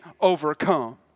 overcome